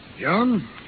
John